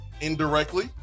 indirectly